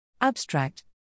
Abstract